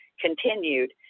continued